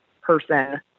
person